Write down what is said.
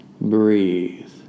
Breathe